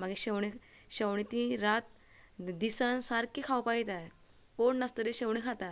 मागीर शेवणे शेवणे ती रात दिसां सारकी खावपाक येतात कोण नासतरी शेवणे खाता